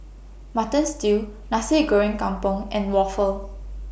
Mutton Stew Nasi Goreng Kampung and Waffle